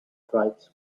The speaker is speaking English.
drapes